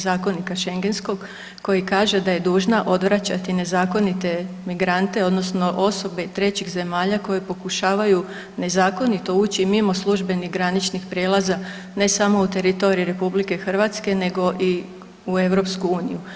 Zakonika šengenskog koji kaže da dužna odvraćati nezakonite migrante odnosno osobe trećih zemalja koji pokušavaju nezakonito ući mimo službenih graničnih prijelaza, ne samo u teritorij RH nego i u EU.